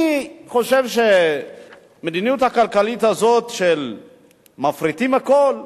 אני חושב שהמדיניות הכלכלית הזו של "מפריטים הכול"